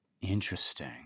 interesting